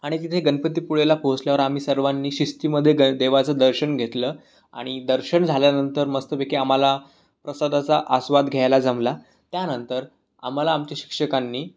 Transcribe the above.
आणि तिथे गणपतीपुळेला पोहोचल्यावर आम्ही सर्वांनी शिस्तीमध्ये गण देवाचं दर्शन घेतलं आणि दर्शन झाल्यानंतर मस्तपैकी आम्हाला प्रसादाचा आस्वाद घ्यायला जमला त्यानंतर आम्हाला आमचे शिक्षकांनी